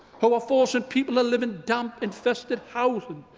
who are forcing people to live in damp infested housing,